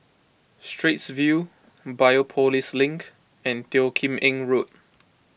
Straits View Biopolis Link and Teo Kim Eng Road